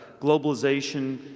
globalization